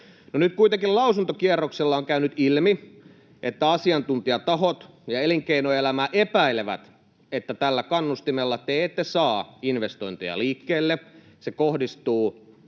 nyt kuitenkin lausuntokierroksella on käynyt ilmi, että asiantuntijatahot ja elinkeinoelämä epäilevät, että tällä kannustimella te ette saa investointeja liikkeelle. Se kohdistuu